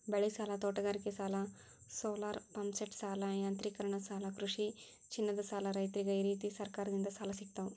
ಬೆಳಿಸಾಲ, ತೋಟಗಾರಿಕಾಸಾಲ, ಸೋಲಾರಪಂಪ್ಸೆಟಸಾಲ, ಯಾಂತ್ರೇಕರಣಸಾಲ ಕೃಷಿಚಿನ್ನದಸಾಲ ರೈತ್ರರಿಗ ಈರೇತಿ ಸರಕಾರದಿಂದ ಸಾಲ ಸಿಗ್ತಾವು